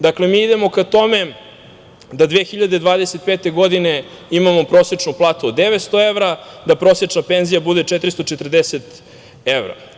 Dakle, mi idemo ka tome da 2025. godine imamo prosečnu platu od 900 evra, da prosečna penzija bude 440 evra.